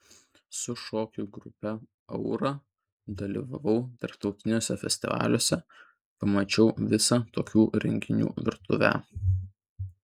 su šokių grupe aura dalyvavau tarptautiniuose festivaliuose pamačiau visą tokių renginių virtuvę